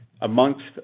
amongst